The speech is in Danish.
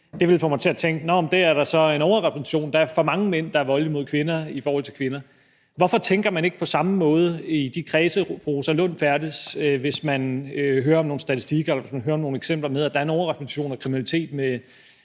Det ville få mig til at tænke, at nå, der er der så en overrepræsentation, og der er for mange mænd, der er voldelige mod kvinder, i forhold til kvinder. Hvorfor tænker man ikke på samme måde i de kredse, hvor fru Rosa Lund færdes, hvis man hører om nogle statistikker, eller hvis man hører om nogle eksempler på, at der er en overrepræsentation af kriminalitet fra